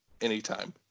Anytime